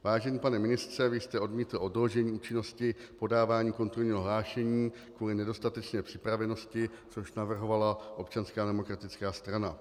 Vážený pane ministře, vy jste odmítl odložení účinnosti podávání kontrolního hlášení kvůli nedostatečné připravenosti, což navrhovala Občanská demokratická strana.